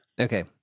Okay